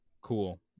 Cool